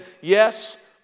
Yes